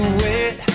wait